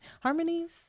Harmonies